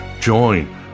join